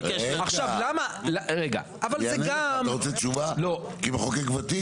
אתה רוצה תשובה כמחוקק ותיק?